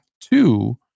Two